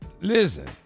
Listen